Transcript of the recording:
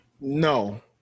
No